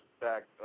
back